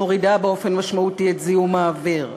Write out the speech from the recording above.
את זיהום האוויר.